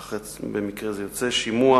כך במקרה זה יוצא, יתקיים שימוע